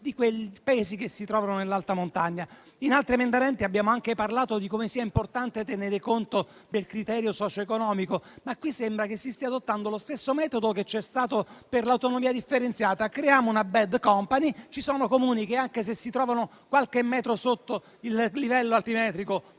dei Paesi che si trovano in alta montagna. In altri emendamenti abbiamo anche parlato di come sia importante tenere conto del criterio socioeconomico. In questo provvedimento invece sembra che si stia adottando lo stesso metodo che c'è stato per l'autonomia differenziata, ossia creiamo una *bad company*. Ci sono Comuni che, anche se si trovano qualche metro sotto il livello altimetrico,